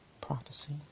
prophecy